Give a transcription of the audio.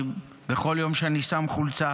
בכל יום אני שם חולצה